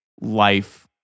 life